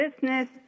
business